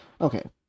Okay